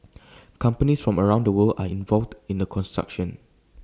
companies from around the world are involved in the construction